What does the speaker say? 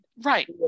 right